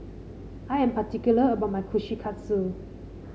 i am particular about my Kushikatsu